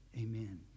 amen